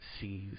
sees